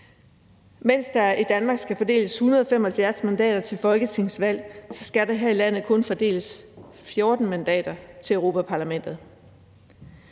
Mens der i Danmark skal fordeles 175 mandater til et folketingsvalg, skal der her i landet kun fordeles 14 mandater til Europa-Parlamentet.